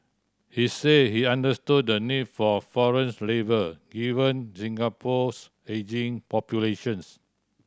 he said he understood the need for foreign labour given Singapore's ageing populations